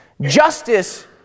Justice